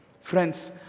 Friends